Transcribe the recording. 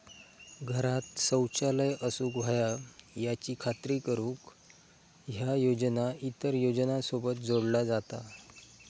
घरांत शौचालय असूक व्हया याची खात्री करुक ह्या योजना इतर योजनांसोबत जोडला जाता